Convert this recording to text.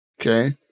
okay